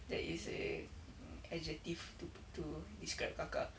that is a mm adjective to p~ to describe kakak